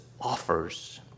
offers